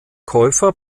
käufer